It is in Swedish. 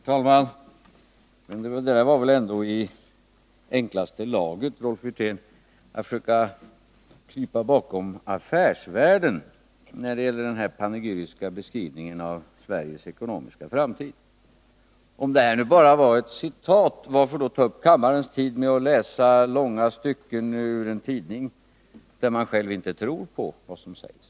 Herr talman! Det var väl ändå i enklaste laget, Rolf Wirtén, att försöka krypa bakom Affärsvärlden när det gäller den panegyriska beskrivningen av Sveriges ekonomiska framtid. Om det bara var ett citat, varför då ta upp kammarens tid med att läsa långa stycken ur en tidning, när man själv inte tror på vad som sägs?